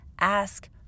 ask